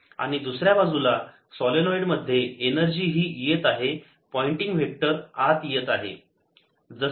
आणि दुसऱ्या बाजूला सोलेनोईड मध्ये एनर्जी ही येत आहे पॉइंटिंग वेक्टर आत येत आहे